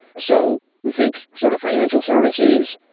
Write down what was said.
so we think sort of financial services,